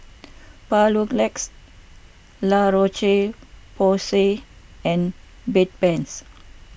Papulex La Roche Porsay and Bedpans